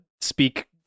speak